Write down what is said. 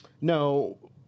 No